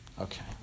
Okay